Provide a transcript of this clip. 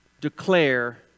declare